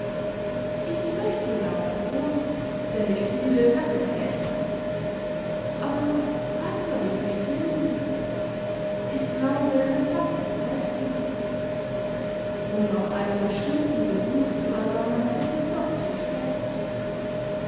ich möchte ja auch wohl denn ich fühle daß er recht hat aber was soll ich beginnen ich glaube das weiß er selbst nicht um noch einen bestimmten beruf zu erlernen ist es doch zu spät